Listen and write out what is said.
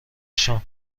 نشان